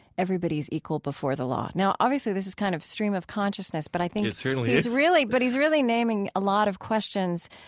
everybody's equal before the law. now, obviously this is kind of stream-of-consciousness but i think, it certainly is, but he's really naming a lot of questions,